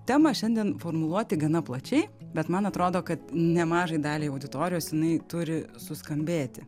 temą šiandien formuluoti gana plačiai bet man atrodo kad nemažai daliai auditorijos jinai turi suskambėti